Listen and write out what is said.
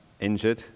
injured